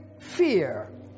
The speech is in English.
fear